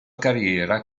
carriera